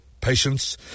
Patience